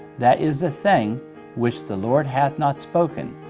that is the thing which the lord hath not spoken,